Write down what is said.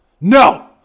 no